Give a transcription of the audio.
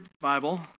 Bible